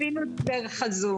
אפילו דרך הזום.